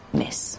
miss